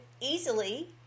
easily